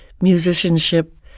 musicianship